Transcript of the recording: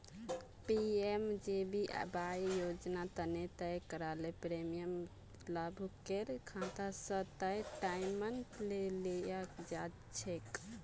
PMJBY योजना तने तय कराल प्रीमियम लाभुकेर खाता स तय टाइमत ले लियाल जाछेक